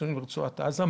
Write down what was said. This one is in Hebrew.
חיסונים לרצועת עזה,